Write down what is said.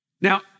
Now